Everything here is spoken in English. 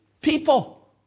people